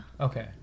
okay